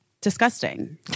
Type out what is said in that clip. disgusting